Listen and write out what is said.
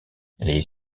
les